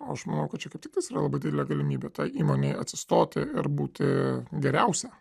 aš manau kad čia kaip tiktais yra labai didelė galimybė tai įmonei atsistoti ir būti geriausia